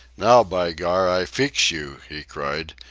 now, by gar, i feex you! he cried,